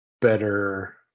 better